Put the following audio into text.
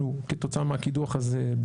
אנחנו כתוצאה מהקידוח הזה,